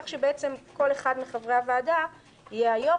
כך שכל אחד מחברי הוועדה יהיה היו"ר,